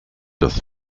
das